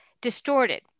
distorted